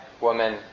woman